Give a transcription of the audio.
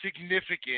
significant